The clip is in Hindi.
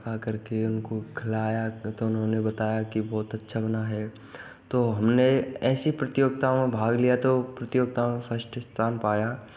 पका करके उनको खिलाया तथा उन्होंने बताया कि बहुत अच्छा बना है तो हमने ऐसी प्रतियोगिताओं में भाग लिया तो प्रतियोगिताओं में फर्स्ट स्थान पाया